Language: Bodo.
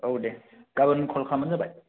औ दे गाबोन खल खालाम बानो जाबाय